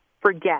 forget